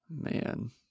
man